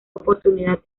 oportunidad